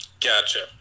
Gotcha